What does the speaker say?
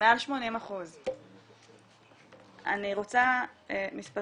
מעל 80%. אני רוצה מספרים,